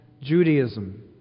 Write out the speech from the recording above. Judaism